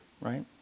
right